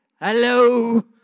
hello